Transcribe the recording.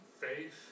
faith